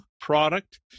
product